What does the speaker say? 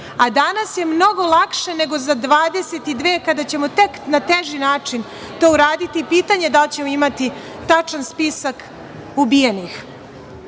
a danas je mnogo lakše nego za 22 godine kada ćemo tek na teži način to uraditi i pitanje da li ćemo imati tačan spisak ubijenih. Ovo